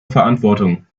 verantwortung